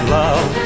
love